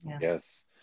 Yes